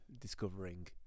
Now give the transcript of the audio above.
discovering